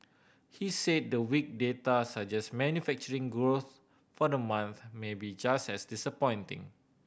he said the weak data suggests manufacturing growth for the month may be just as disappointing